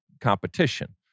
competition